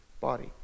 body